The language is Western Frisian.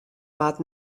waard